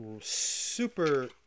super